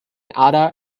other